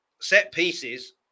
set-pieces